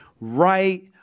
right